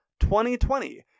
2020